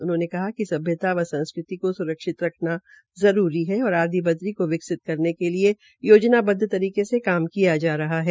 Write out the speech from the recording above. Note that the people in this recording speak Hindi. उन्होंने कहा कि सभ्यता व संस्कृति को सुरक्षित रखना जरूरी है और आदिब्रदी को विकसित करने के लिए योजनाबद्व तरीके से काम किया जा रहा है